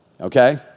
okay